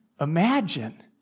imagine